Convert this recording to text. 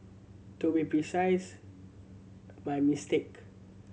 to be precise my mistake